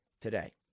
today